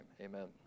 amen